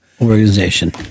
organization